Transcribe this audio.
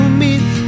meet